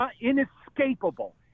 inescapable